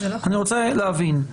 אני רוצה להבין,